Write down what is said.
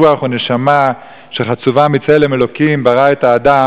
רוח ונשמה שחצובה מצלם אלוקים ברא את האדם,